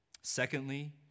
Secondly